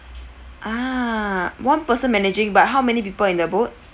ah one person managing but how many people in the boat